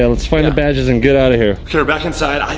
yeah, let's find the badges and get out of here. okay we're back inside.